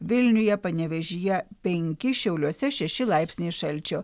vilniuje panevėžyje penki šiauliuose šeši laipsniai šalčio